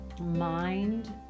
Mind